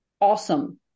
awesome